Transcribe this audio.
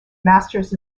masters